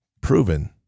proven